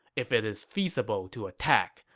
if it is feasible to attack,